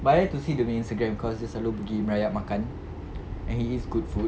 but I like to see dia punya Instagram cause dia selalu pergi merayap makan and he eats good food